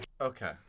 Okay